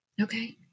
okay